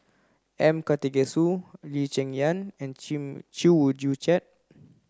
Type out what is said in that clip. M Karthigesu Lee Cheng Yan and Chew Chew Joo Chiat